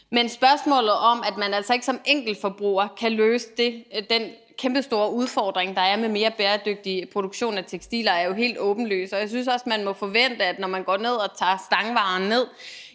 Men spørgsmålet om, at man altså ikke som enkeltforbruger kan løse den kæmpestore udfordring, der er med en mere bæredygtig produktion af tekstiler, er jo helt åbenlyst, og jeg synes også, at man som forbruger må forvente, at det, når man går ned og tager stangvarer ned,